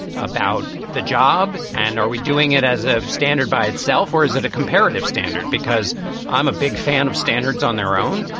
about the job? and are we doing it as a standard by itself or is it a comparative standard because i'm a big fan of standards on their own.